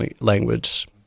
language